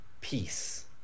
peace